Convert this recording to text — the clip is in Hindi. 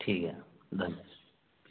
ठीक है धन्य